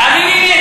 תאמיני לי,